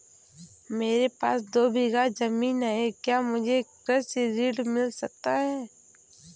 मेरे पास दो बीघा ज़मीन है क्या मुझे कृषि ऋण मिल सकता है?